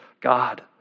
God